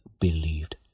believed